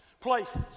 places